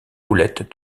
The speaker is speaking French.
houlette